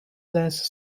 less